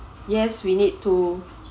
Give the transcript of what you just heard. yes we need to